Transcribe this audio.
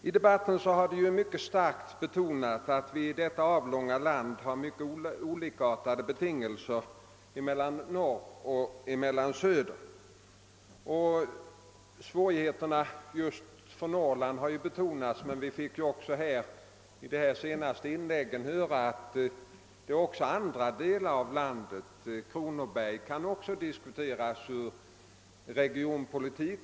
I debatten har mycket starkt betonats att vi i detta avlånga land har mycket olikartade betingelser i norr och söder. Svårigheterna för Norrland har betonats, men i de senaste inläggen fick vi höra att man också inom andra delar av landet — exempelvis i Kronobergs län — har anledning diskutera regionpolitik.